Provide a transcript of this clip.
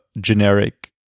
generic